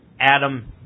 Adam